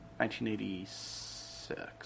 1986